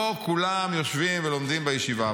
לא כולם יושבים ולומדים בישיבה.